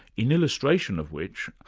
in illustration of which,